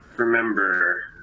Remember